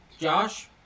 Josh